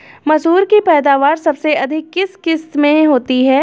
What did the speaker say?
मसूर की पैदावार सबसे अधिक किस किश्त में होती है?